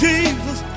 Jesus